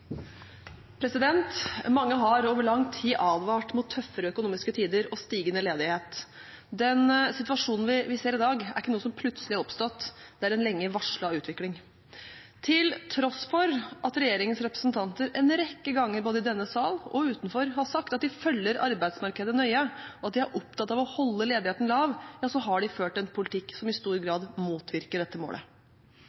samarbeid. Mange har over lang tid advart mot tøffere økonomiske tider og stigende ledighet. Den situasjonen vi ser i dag, er ikke noe som plutselig har oppstått, det er en lenge varslet utvikling. Til tross for at regjeringens representanter en rekke ganger både i denne sal og utenfor har sagt at de følger arbeidsmarkedet nøye, og at de er opptatt av å holde ledigheten lav, har de ført en politikk som i stor grad motvirker dette målet.